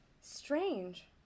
strange